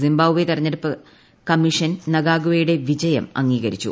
Zimbabwe തെരഞ്ഞെടുപ്പ് commission നഗാഗ്വെയുടെ വിജയം അംഗീകരിച്ചു